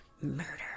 Murder